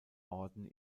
orden